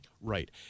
right